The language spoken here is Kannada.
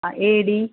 ಹಾಂ ಏಡಿ